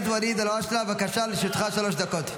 ואליד אלהואשלה, לרשותך שלוש דקות.